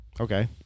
Okay